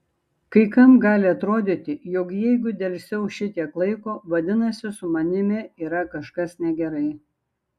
kai kam gali atrodyti jog jeigu delsiau šitiek laiko vadinasi su manimi yra kažkas negerai